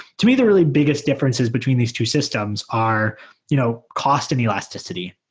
to me, the really biggest difference is between these two systems are you know cost and elasticity.